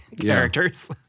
characters